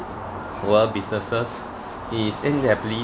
were businesses is happily